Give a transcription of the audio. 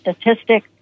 statistic